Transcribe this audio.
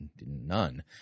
none